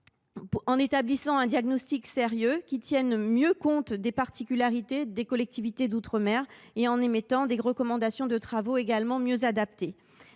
en établissant un diagnostic sérieux qui tienne mieux compte des particularités des collectivités d’outre mer et en émettant des recommandations de travaux également plus adaptées.